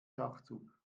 schachzug